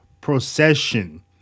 procession